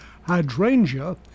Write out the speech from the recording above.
hydrangea